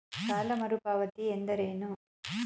ಸಾಲ ಮರುಪಾವತಿ ಎಂದರೇನು?